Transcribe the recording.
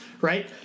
right